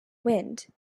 wind